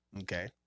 Okay